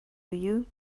you